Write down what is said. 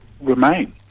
remain